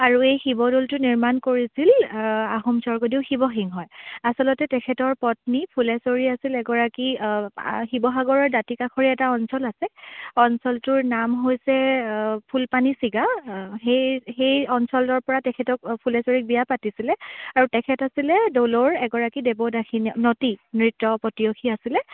আৰু এই শিৱদ'লটো নিৰ্মাণ কৰিছিল আহোম স্বৰ্গদেউ শিৱসিংহই আছলতে তেখেতৰ পত্নী ফুলেশ্বৰী আছিল এগৰাকী শিৱসাগৰৰ দাঁতিকাষৰীয়া এটা অঞ্চল আছে অঞ্চলটোৰ নাম হৈছে ফুলপানী ছিগা সেই সেই অঞ্চলৰ পা তেখেতক ফুলেশ্বৰীক বিয়া পাতিছিলে আৰু তেখেত আছিলে দ'লৰ এগৰাকী দেৱদাসী নতি নৃত্য পতিয়সী আছিলে